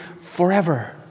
forever